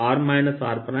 r r